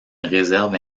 réserve